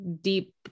deep